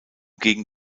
gegen